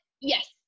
yes